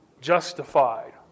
justified